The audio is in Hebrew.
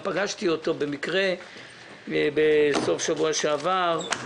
פגשתי אותו במקרה בסוף שבוע שעבר.